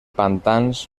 pantans